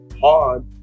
Hard